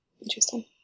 Interesting